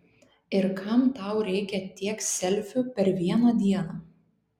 ir kam tau reikia tiek selfių per vieną dieną